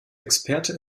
experte